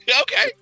okay